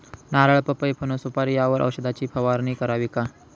नारळ, पपई, फणस, सुपारी यावर औषधाची फवारणी करावी का?